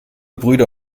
brüder